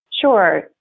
Sure